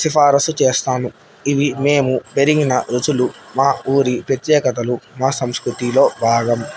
సిఫార్సు చేస్తాను ఇవి మేము పెరిగిన రుచులు మా ఊరి ప్రత్యేకతలు మా సంస్కృతిలో భాగం